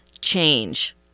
change